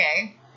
Okay